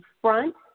front